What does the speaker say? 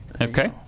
Okay